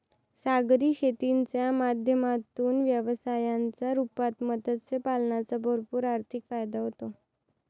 सागरी शेतीच्या माध्यमातून व्यवसायाच्या रूपात मत्स्य पालनाचा भरपूर आर्थिक फायदा होतो